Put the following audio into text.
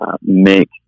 make